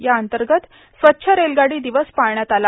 या अंतर्गत स्वच्छ रेलगाडी दिवस पाळण्यात आला